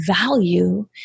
value